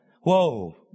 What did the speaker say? Whoa